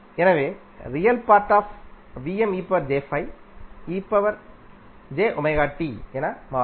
எனவே என மாறும்